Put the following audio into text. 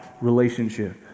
relationship